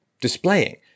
displaying